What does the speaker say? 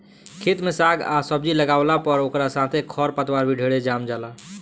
खेत में साग आ सब्जी लागावला पर ओकरा साथे खर पतवार भी ढेरे जाम जाला